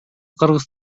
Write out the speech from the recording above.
кыргыз